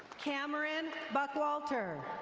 cameron buckwalter.